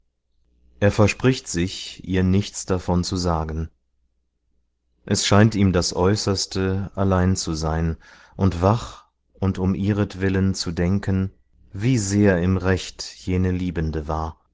er verspricht sich ihr nichts davon zu sagen es scheint ihm das äußerste allein zu sein und wach und um ihretwillen zu denken wie sehr im recht jene liebende war